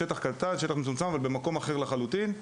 שטח קטן, מצומצם ובמקום אחר לחלוטין.